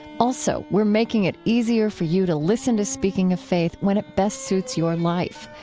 also, we're making it easier for you to listen to speaking of faith when it best suits your life.